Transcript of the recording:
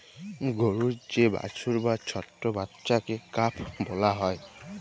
গরুর যে বাছুর বা ছট্ট বাচ্চাকে কাফ ব্যলা হ্যয়